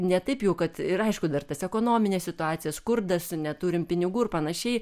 ne taip jau kad ir aišku dar tas ekonominė situacija skurdas neturim pinigų ir panašiai